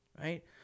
right